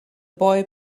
boy